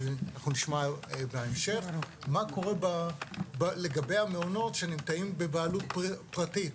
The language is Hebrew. אנחנו נשמע בהמשך מה קורה לגבי המעונות שנמצאים בבעלות פרטית.